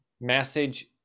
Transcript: message